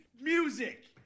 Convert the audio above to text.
music